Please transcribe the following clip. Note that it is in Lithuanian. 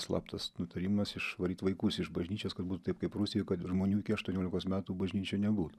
slaptas nutarimas išvaryt vaikus iš bažnyčios kad būtų taip kaip rusijoj kad žmonių iki aštuoniolikos metų bažnyčioj nebūtų